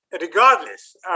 regardless